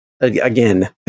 again